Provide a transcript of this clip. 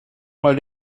mal